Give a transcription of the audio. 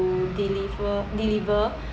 deliver deliver